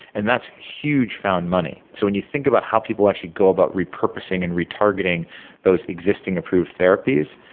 and that's huge found money. so when you think about how people actually go about repurposing and retargeting those existing approved therapies,